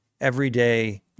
everyday